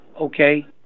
okay